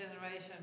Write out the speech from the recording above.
generation